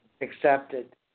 accepted